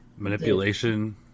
Manipulation